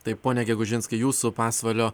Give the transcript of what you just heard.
taip pone gegužinskai jūsų pasvalio